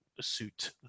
suit